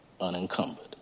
unencumbered